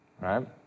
Right